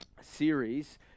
series